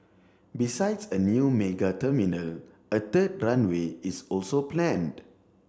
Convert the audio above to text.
besides a new mega terminal a third runway is also planned